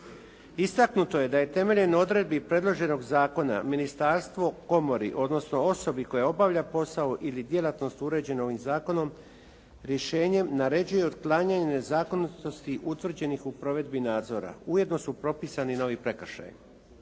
Istaknuto je da je temeljem odredbi predloženog zakona ministarstvo komori, odnosno osobi koja obavlja posao ili djelatnost uređenu ovim zakonom, rješenjem naređuje otklanjanje nezakonitosti utvrđenih u provedbi nadzora. Ujedno su propisani novi prekršaji.